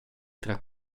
tra